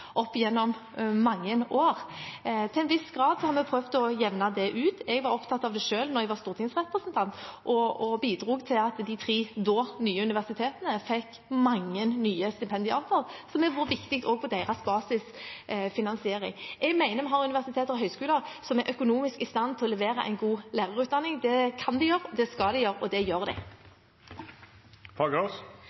opp gjennom mange år. Til en viss grad har vi prøvd å jevne det ut. Jeg var selv opptatt av det da jeg var stortingsrepresentant, og bidro til at de tre da nye universitetene fikk mange nye stipendiater, noe som er viktig for deres basisfinansiering. Jeg mener vi har universiteter og høyskoler som er økonomisk i stand til å levere en god lærerutdanning. Det kan de gjøre, det skal de gjøre, og det gjør de.